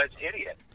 idiot